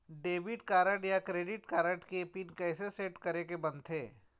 Debit card या credit card के PIN कइसे सेट करे के बनते?